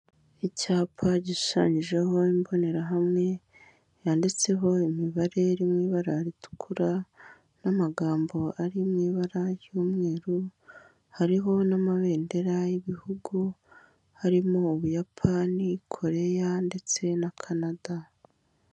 Icyapa gishushanyijeho imbonerahamwe, yanditseho imibare iri mu ibara ritukura, n'amagambo ari mu ibara ry'umweru, hariho n'amabendera y'Ibihugu, harimo Ubuyapani, Koreya ndetse na Canada.